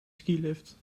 skilift